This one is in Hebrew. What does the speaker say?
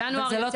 ב-2018